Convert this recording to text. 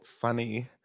funny